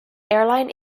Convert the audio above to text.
airline